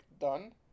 done